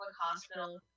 hospital